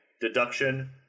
Deduction